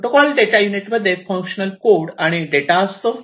protocol data unit मध्ये functional code आणि data असतो